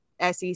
SEC